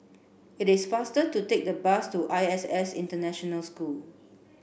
it is faster to take the bus to I S S International School